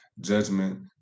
judgment